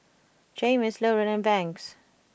Jaymes Lauren and Banks